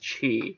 chi